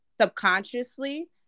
subconsciously